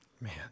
Man